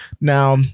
Now